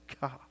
God